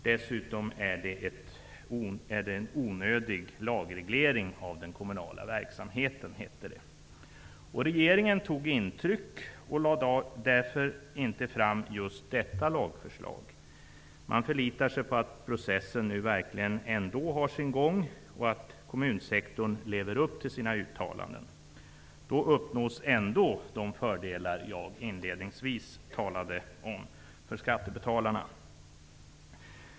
Dessutom skulle det utgöra en onödig lagreglering av den kommunala verksamheten, hette det. Regeringen tog intryck och lade därför inte fram just ett sådant lagförslag på riksdagens bord. Man förlitar sig på att processen ändå har sin gång och att kommunsektorn lever upp till dess uttalanden. Då uppnås ändå de fördelar för skattebetalarna som jag inledningsvis talade om.